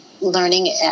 learning